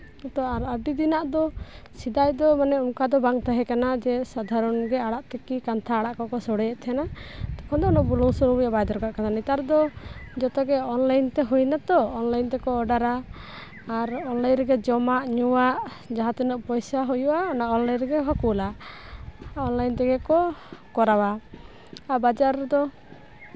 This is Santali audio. ᱟᱨ ᱟᱹᱰᱤ ᱫᱤᱱᱟᱜ ᱫᱚ ᱥᱮᱫᱟᱭ ᱫᱚ ᱢᱟᱱᱮ ᱚᱱᱟ ᱫᱚ ᱵᱟᱝ ᱛᱟᱦᱮᱸ ᱠᱟᱱᱟ ᱡᱮ ᱥᱟᱫᱷᱟᱨᱚᱱᱜᱮ ᱟᱲᱟᱜ ᱛᱤᱠᱤ ᱠᱟᱱᱛᱷᱟ ᱟᱲᱟᱜ ᱠᱚᱠᱚ ᱥᱚᱲᱮᱭᱮᱜ ᱛᱟᱦᱮᱱᱟ ᱛᱚᱠᱷᱚᱱ ᱫᱚ ᱩᱱᱟᱹᱜ ᱵᱩᱞᱩᱝ ᱥᱩᱱᱩᱢ ᱨᱮᱭᱟᱜ ᱵᱟᱭ ᱫᱚᱨᱠᱟᱨ ᱠᱟᱫᱟ ᱱᱮᱛᱟᱨ ᱫᱚ ᱡᱚᱛᱚᱜᱮ ᱚᱱᱞᱟᱭᱤᱱᱛᱮ ᱦᱩᱭᱱᱟᱛᱚ ᱚᱱᱞᱟᱭᱤᱱ ᱨᱮᱠᱚ ᱚᱰᱟᱨᱟ ᱚᱱᱞᱟᱭᱤᱱ ᱨᱮᱜᱮ ᱡᱚᱢᱟᱜ ᱧᱩᱣᱟᱜ ᱡᱟᱦᱟᱸ ᱛᱤᱱᱟᱹᱜ ᱯᱚᱭᱥᱟ ᱦᱩᱭᱩᱜᱼᱟ ᱚᱱᱟ ᱚᱱᱞᱟᱭᱤᱱ ᱨᱮᱜᱮ ᱠᱚ ᱠᱩᱞᱟ ᱚᱱᱞᱟᱭᱤᱱ ᱛᱮᱜᱮ ᱠᱚ ᱠᱚᱨᱟᱣᱟ ᱟᱨ ᱵᱟᱡᱟᱨ ᱨᱮᱫᱚ